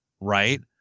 right